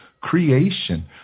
creation